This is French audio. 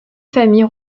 famille